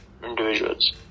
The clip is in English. individuals